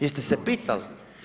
Jeste se pitali?